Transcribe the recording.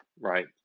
Right